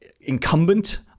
incumbent